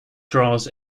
draws